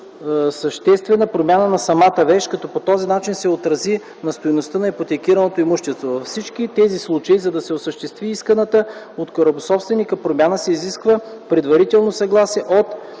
съществена промяна на самата вещ, като по този начин да се отрази на стойността на ипотекираното имущество. Във всички тези случаи, за да се осъществи исканата от корабособственика промяна, се изисква предварително съгласие от